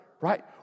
right